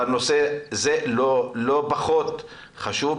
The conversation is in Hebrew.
אבל נושא זה לא פחות חשוב,